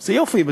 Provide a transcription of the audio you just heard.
זה יופי,